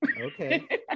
okay